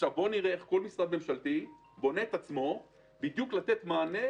עכשיו בואו נראה איך כל משרד ממשלתי בונה את עצמו לתת מענה.